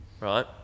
right